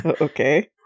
Okay